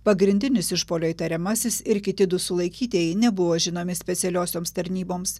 pagrindinis išpuolio įtariamasis ir kiti du sulaikytieji nebuvo žinomi specialiosioms tarnyboms